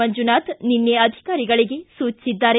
ಮಂಜುನಾಥ್ ನಿನ್ನೆ ಅಧಿಕಾರಿಗಳಿಗೆ ಸೂಚಿಸಿದ್ದಾರೆ